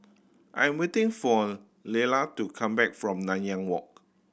I'm waiting for Leala to come back from Nanyang Walk